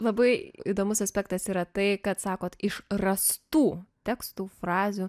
labai įdomus aspektas yra tai kad sakote iš rastų tekstų frazių